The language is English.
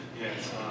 yes